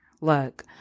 look